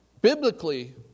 Biblically